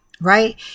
right